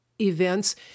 events